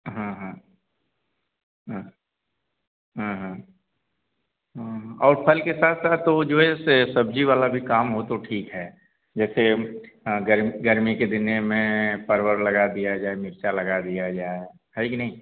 हाँ हाँ हाँ हाँ हाँ और फल के साथ साथ वह जो है से सब्ज़ी वाला भी काम हो तो ठीक है जैसे गर्मी के दिने में परवल लगा दिया जाए मिर्चा लगा दिया जाए है कि नहीं